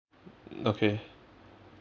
okay